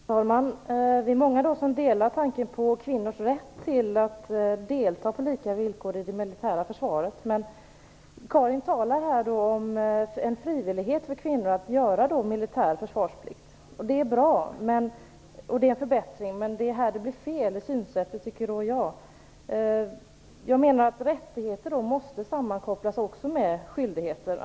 Fru talman! Det är många som delar tanken på kvinnors rätt till att delta på lika villkor i det militära försvaret. Men Karin Wegestål talade om en frivillighet för kvinnor att göra militär försvarsplikt. Det är bra och det är en förbättring, men det är här som det blir fel i synsättet, tycker jag. Rättigheter måste också sammankopplas med skyldigheter.